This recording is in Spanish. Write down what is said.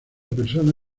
persona